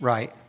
Right